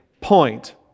point